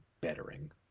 bettering